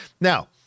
Now